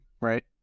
right